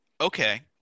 Okay